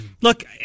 look